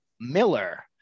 Miller